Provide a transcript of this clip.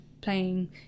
playing